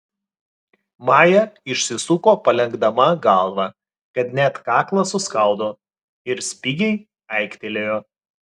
maja išsisuko palenkdama galvą kad net kaklą suskaudo ir spigiai aiktelėjo